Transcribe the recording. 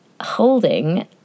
holding